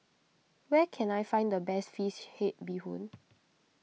where can I find the best Fish Head Bee Hoon